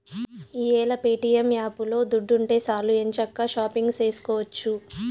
ఈ యేల ప్యేటియం యాపులో దుడ్డుంటే సాలు ఎంచక్కా షాపింగు సేసుకోవచ్చు